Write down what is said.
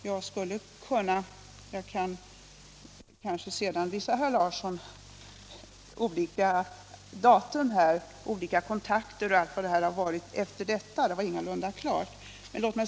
Jag kanske sedan kan visa herr Larsson datum för de olika kontakter vi måst ha senare. Ärendet var ingalunda klart.